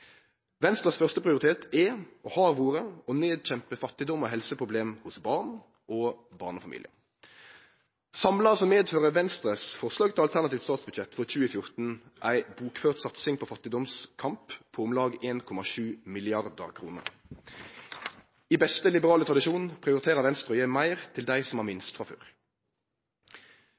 Venstres førsteprioritet er, og har vore, å nedkjempe fattigdom og helseproblem hos barn og barnefamiliar. Samla medfører Venstres forslag til alternativt statsbudsjett for 2014 ei bokført satsing på fattigdomskamp på om lag 1,7 mrd. kr. I beste liberale tradisjon prioriterer Venstre å gje meir til dei som har minst frå før.